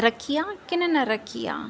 रखी आहे की न न रखी आहे